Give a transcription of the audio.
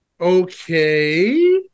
okay